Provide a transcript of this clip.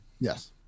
Yes